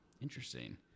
Interesting